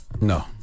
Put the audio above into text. No